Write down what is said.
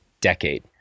decade